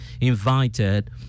invited